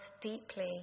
deeply